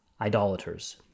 idolaters